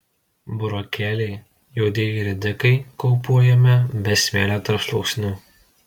burokėliai juodieji ridikai kaupuojami be smėlio tarpsluoksnių